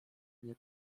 nie